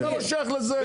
אתה לא שייך לזה,